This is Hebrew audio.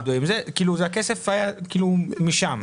הכסף משם.